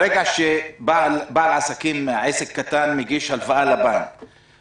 ברגע שבעל עסק קטן מגיש לבנק בקשה להלוואה.